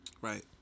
Right